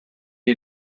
est